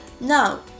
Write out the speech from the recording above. Now